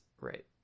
right